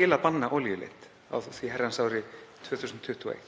til að banna olíuleit á því herrans ári 2021?